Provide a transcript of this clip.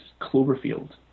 Cloverfield